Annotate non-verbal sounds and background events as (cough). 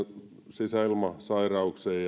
sisäilmasairauksiin ja (unintelligible)